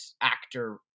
actor